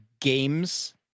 games